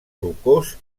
rocós